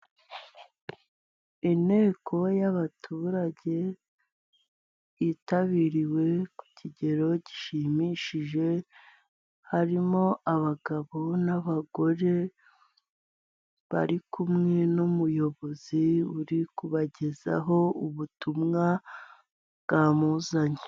Inteko y'abaturage yitabiriwe ku kigero gishimishije, harimo abagabo n'abagore bari kumwe n'umuyobozi uri kubagezaho ubutumwa bwamuzanye.